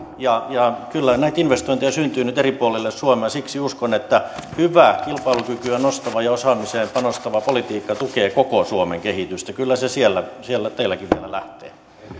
kyllä näitä investointeja syntyy nyt eri puolille suomea siksi uskon että hyvä kilpailukykyä nostava ja osaamiseen panostava politiikka tukee koko suomen kehitystä kyllä se siellä siellä teilläkin vielä lähtee